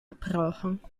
abrauchen